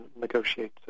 negotiate